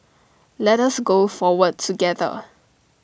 let us go forward together